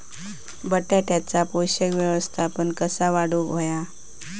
बटाट्याचा पोषक व्यवस्थापन कसा वाढवुक होया?